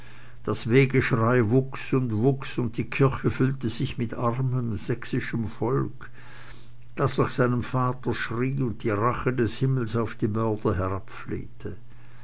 das wehgeschrei wuchs und wuchs und die kirche füllte sich mit armem sächsischen volke das nach seinem vater schrie und die rache des himmels auf die mörder